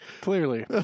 Clearly